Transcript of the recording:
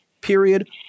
Period